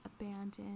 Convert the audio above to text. abandoned